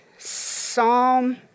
Psalm